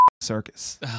circus